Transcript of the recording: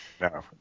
No